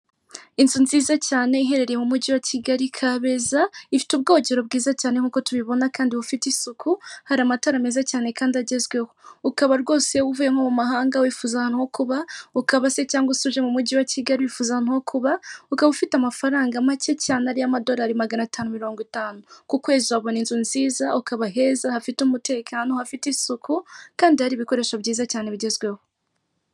Inzu nziza cyane iherereye mu mujyi wa kigali kabeza ifite ubwogero bwiza cyane nkuko' tubibona kandi bufite isuku hari amatara meza cyane kandi agezweho ukaba rwose uvuyemo mu mahanga wifuza kuba ukaba se cyangwa usubije mu mujyi wa kigali wifuza amaku ukaba ufite amafaranga make cyane ariy'amadorari magana atanu mirongo itanu ku kwezi wabona inzu nziza ukaba heza hafite umutekano hafite isuku kandi hari ibikoresho byiza cyane bigezweho